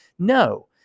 No